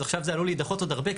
אז עכשיו זה עלול להידחות עוד הרבה,